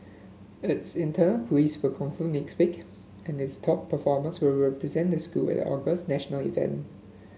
its internal quiz will conclude next week and its top performers will represent the school at August's national event